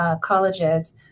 colleges